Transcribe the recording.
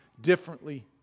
differently